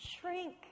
shrink